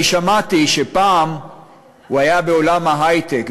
אני שמעתי שפעם הוא היה בעולם ההיי-טק,